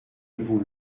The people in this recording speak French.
vous